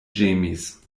ĝemis